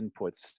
inputs